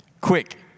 Quick